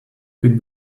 been